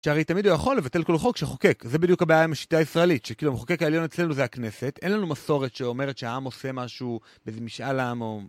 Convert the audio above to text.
שהרי, תמיד הוא יכול לבטל כל חוק שחוקק, זה בדיוק הבעיה עם השיטה הישראלית, שכאילו המחוקק העליון אצלנו זה הכנסת, אין לנו מסורת שאומרת שהעם עושה משהו באיזה משאל עם או...